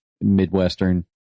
Midwestern